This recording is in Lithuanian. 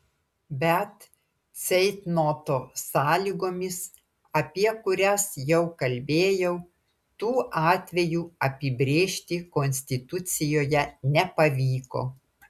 bet ceitnoto sąlygomis apie kurias jau kalbėjau tų atvejų apibrėžti konstitucijoje nepavyko